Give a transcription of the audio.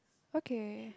okay